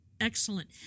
Excellent